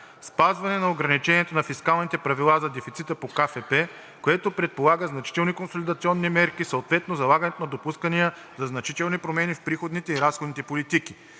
спазване на ограничението на фискалните правила за дефицита по КФП, което предполага значителни консолидационни мерки, съответно залагането на допускания за значителни промени в приходните и разходните политики.